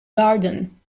garden